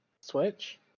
Switch